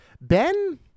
Ben